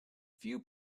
few